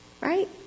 Right